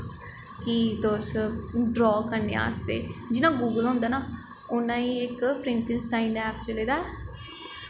कि तुस ड्रा करने आस्तै जियां गूगल होंदा ना उ'आं गै इक प्रिंट स्टाईन ऐप चले दा ऐ